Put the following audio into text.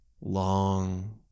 Long